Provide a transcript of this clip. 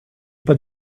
pas